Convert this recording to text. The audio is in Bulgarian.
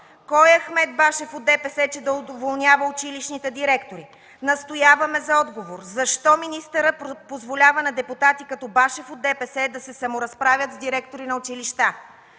кой е Ахмед Башев от ДПС, че да уволнява училищните директори?! Настояваме за отговор защо министърът позволява на депутати, като Башев от ДПС, да се саморазправят с директори на училища.